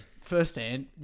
firsthand